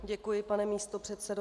Děkuji, pane místopředsedo.